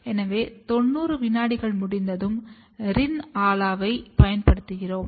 எனவே 90 விநாடிகள் முடிந்ததும் ரின் ஆலாவைப் பயன்படுத்துகிறோம்